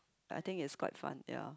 I think is quite fun ya